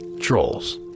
trolls